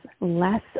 less